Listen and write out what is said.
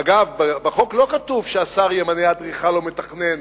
אגב, בחוק לא כתוב שהשר ימנה אדריכל או מתכנן